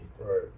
Right